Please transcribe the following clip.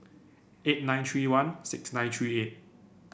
eight nine three one six nine three eight